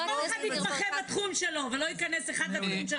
שכל אחד יתמחה בתחום שלו ולא ייכנס אחד לתחום של השני.